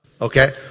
Okay